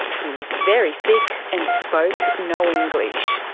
he was very sick and spoke no english.